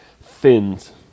fins